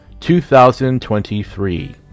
2023